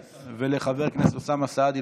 ולחבר הכנסת אוסאמה סעדי,